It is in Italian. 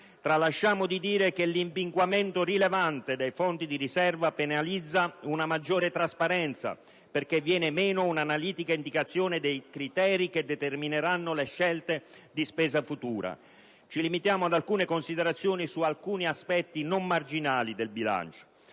tralasciamo di dire che l'impinguamento rilevante dei fondi di riserva penalizza una maggiore trasparenza, perché viene meno un'analitica indicazione dei criteri che determineranno le scelte di spesa futura. Ci limitiamo ad alcune considerazioni su alcuni aspetti non marginali del bilancio: